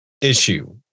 issue